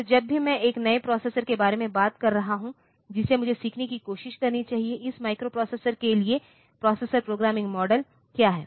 तो जब भी मैं एक नए प्रोसेसर के बारे में बात कर रहा हूं जिसे मुझे सीखने की कोशिश करनी चाहिए इस माइक्रोप्रोसेसर के लिए प्रोसेसर प्रोग्रामिंग मॉडल क्या है